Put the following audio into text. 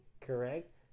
correct